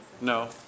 No